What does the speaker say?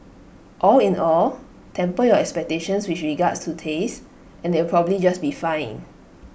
all in all temper your expectations with regards to taste and it'll probably just be fine